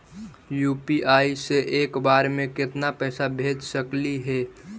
UPI से एक बार मे केतना पैसा भेज सकली हे?